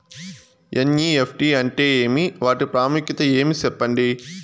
NEFT అంటే ఏమి వాటి ప్రాముఖ్యత ఏమి? సెప్పండి?